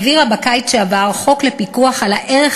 העבירה בקיץ שעבר חוק לפיקוח על הערך